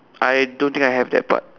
I don't think I have that part